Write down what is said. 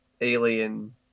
alien